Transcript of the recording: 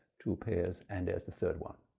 two pairs and there's the third one.